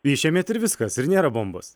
išėmėt ir viskas ir nėra bombos